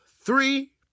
three